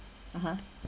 (uh huh)